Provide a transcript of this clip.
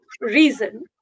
reason